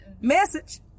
Message